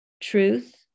Truth